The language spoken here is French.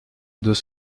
deux